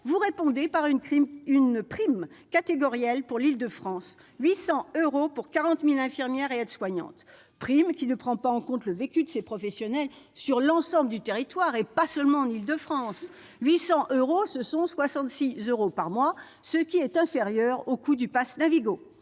vous répondez par une prime catégorielle pour l'Île-de-France de 800 euros pour 40 000 infirmières et aides-soignantes. Prime qui ne prend pas en compte le vécu de ces professionnels sur l'ensemble du territoire et pas seulement en Île-de-France- 800 euros, c'est 66 euros par mois, soit moins que le coût d'un pass Navigo